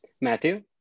Matthew